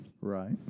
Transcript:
Right